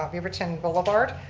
ah beaverton boulevard.